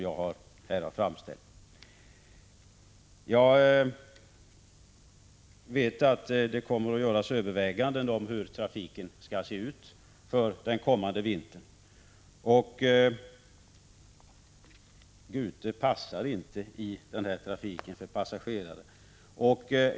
Jag vet att det kommer att göras överväganden om hur trafiken skall utformas den kommande vintern, och det bör beaktas att Gute inte passar i denna trafik för passagerare.